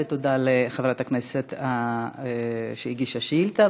ותודה לחברת הכנסת שהגישה את השאילתה.